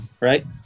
right